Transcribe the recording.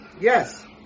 yes